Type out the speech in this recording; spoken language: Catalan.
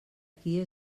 qui